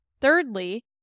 Thirdly